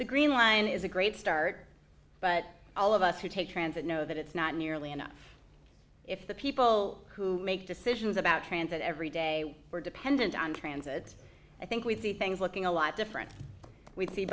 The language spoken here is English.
the green line is a great start but all of us who take transit know that it's not nearly enough if the people who make decisions about transit every day are dependent on transit i think with the things looking a lot different w